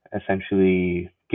essentially